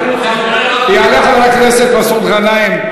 יעלה חבר הכנסת מסעוד גנאים,